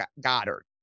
Goddard